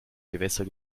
gewässer